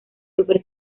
sufre